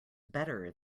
better